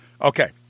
Okay